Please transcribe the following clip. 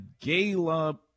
gala